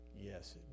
Yes